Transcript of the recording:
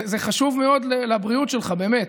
זה חשוב מאוד לבריאות שלך, באמת.